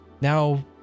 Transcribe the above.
now